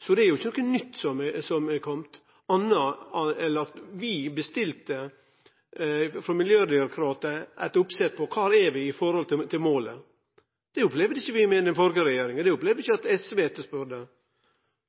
så det er ikkje noko nytt som har kome, anna enn at vi bestilte frå Miljødirektoratet eit oppsett på kvar vi er i forhold til målet. Det opplevde vi ikkje med den førre regjeringa, det opplevde vi ikkje at SV etterspurde